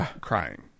crying